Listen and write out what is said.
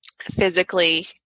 physically